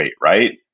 right